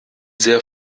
sehr